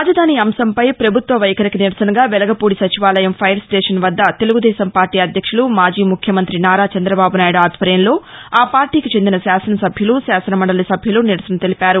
రాజధాని అంశంపై పభుత్వం వైఖరికి నిరసనగా వెలగపూడి సచివాలయం ఫైర్ స్లేషన్ వద్ద తెలుగుదేశం పార్టీ అధ్యక్షులు మాజీ ముఖ్యమంతి నారా చంద్రబాబునాయుడు ఆధ్వర్యంలో ఆ పార్టీకి చెందిన శాసనసభ్యులు శాసన మండలి సభ్యులు నిరసన తెలిపారు